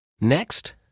next